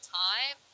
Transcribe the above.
time